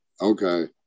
okay